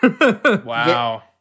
wow